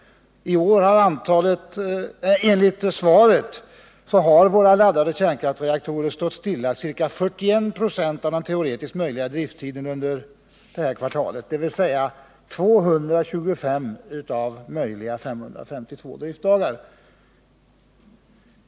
Enligt svaret har våra laddade kärnkraftsreaktorer stått stilla under ca 41 96 av den teoretiskt maximala drifttiden under det här kvartalet, dvs. under 225 av maximalt 552 driftdagar.